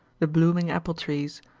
the blooming apple trees,